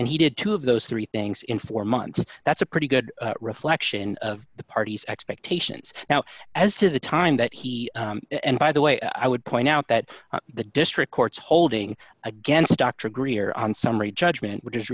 and he did two of those three things in four months that's a pretty good reflection of the party's expectations now as to the time that he and by the way i would point out that the district court's holding against dr greer on summary judgment which is